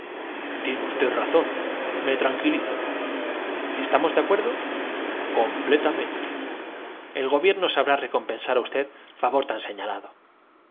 tiene usted razón me tranquilizo estamos de acuerdo completamente el gobierno sabrá recompensar á usted favor tan señalado